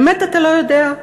באמת אתה לא יודע?